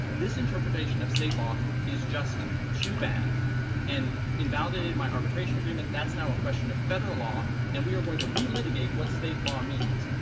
this interpretation of state law is just too bad and invalidated my arbitration agreement, that's now a question of federal law, and we are going to relitigate what state law means.